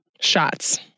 shots